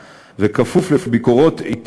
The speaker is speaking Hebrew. בשילוב גורמים רלוונטיים מרשויות המדינה,